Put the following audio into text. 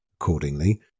Accordingly